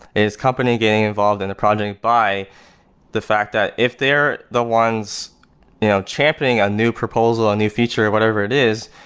is company getting involved in the project by the fact that if they're the ones you know championing a new proposal, a new feature or whatever it is,